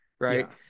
Right